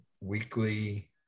weekly